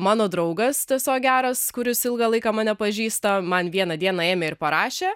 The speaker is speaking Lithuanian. mano draugas tiesiog geras kuris ilgą laiką mane pažįsta man vieną dieną ėmė ir parašė